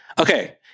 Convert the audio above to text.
okay